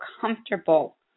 comfortable